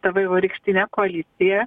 ta vaivorykštinė koalicija